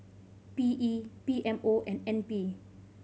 P E P M O and N P